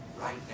Right